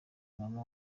mama